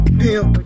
pimp